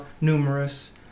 numerous